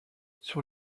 sur